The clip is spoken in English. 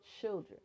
children